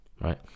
right